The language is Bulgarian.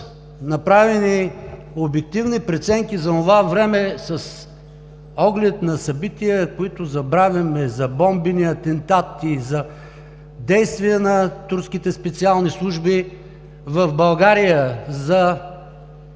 направени обективни преценки за онова време с оглед на събития, които забравяме – за бомбени атентати, за действия на турските специални служби в България, за